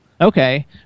Okay